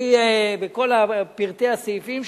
אני בכל פרטי הסעיפים,